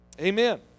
Amen